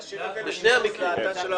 תשאיר לנו את שיקול הדעת.